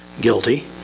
guilty